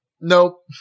Nope